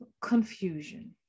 confusion